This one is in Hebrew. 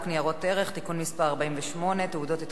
(תיקון מס' 48) (תעודות התחייבות),